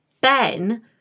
Ben